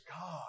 God